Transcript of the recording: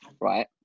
right